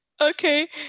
Okay